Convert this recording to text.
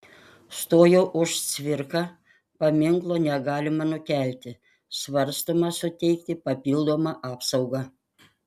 stojo už cvirką paminklo negalima nukelti svarstoma suteikti papildomą apsaugą